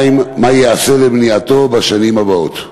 2. מה ייעשה למניעתו בשנים הבאות?